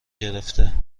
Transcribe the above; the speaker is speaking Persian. گرفته